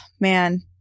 man